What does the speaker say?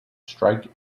strike